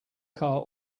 car